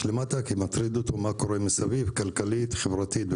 למטה כי מטריד אותו מה קורה מסביב כלכלית חברתית והכל.